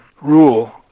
rule